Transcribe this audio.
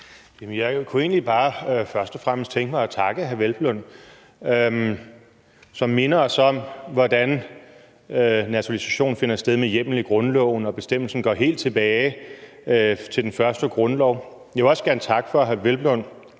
Jeg kunne først og fremmest egentlig bare tænke mig at takke hr. Peder Hvelplund, som minder os om, hvordan naturalisation finder sted med hjemmel i grundloven, og at bestemmelsen går helt tilbage til den første grundlov. Jeg vil også gerne takke hr. Peder Hvelplund